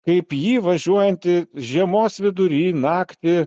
kaip jį važiuojantį žiemos vidury naktį